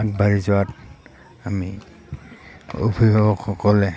আগবাঢ়ি যোৱাত আমি অভিভাৱকসকলে